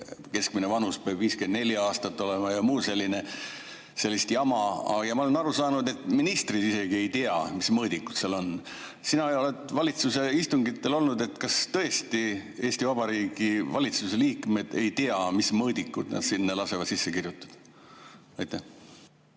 keskmine vanus peab olema 54 aastat ja muu selline jama. Ma olen aru saanud, et ministrid isegi ei tea, mis mõõdikud seal on. Sina oled valitsuse istungitel olnud. Kas tõesti Eesti Vabariigi valitsuse liikmed ei tea, mis mõõdikud nad sinna lasevad sisse kirjutada?